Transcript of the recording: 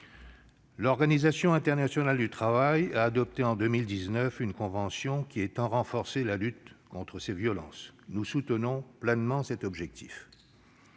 l'Organisation internationale du travail a adopté une convention qui entend renforcer la lutte contre ces violences. Nous soutenons pleinement cet objectif.